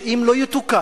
שאם לא יתוקן,